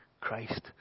Christ